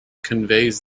conveys